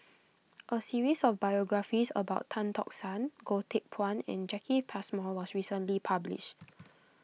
a series of biographies about Tan Tock San Goh Teck Phuan and Jacki Passmore was recently published